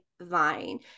vine